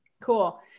Cool